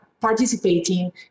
participating